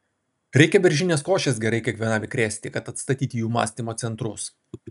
reikia beržinės košės gerai kiekvienam įkrėsti kad atstatyti jų mąstymo centrus